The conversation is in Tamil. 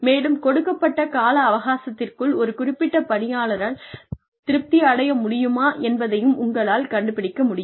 மேலும் கொடுக்கப்பட்ட கால அவகாசத்திற்குள் ஒரு குறிப்பிட்ட பணியாளரால் திருப்தி அடைய முடியுமா என்பதையும் உங்களால் கண்டுபிடிக்க முடியும்